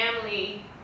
family